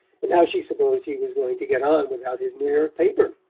and how she supposed he was going to get on without his new york paper.